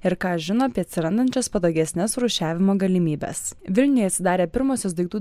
ir ką žino apie atsirandančias patogesnes rūšiavimo galimybes vilniuje atsidarė pirmosios daiktų